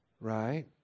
right